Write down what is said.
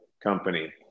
company